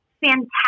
fantastic